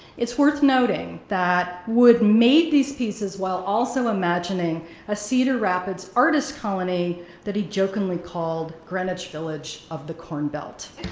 it's worth noting that wood made these pieces while also imagining a cedar rapids artist colony that he jokingly called greenwich village of the cornbelt.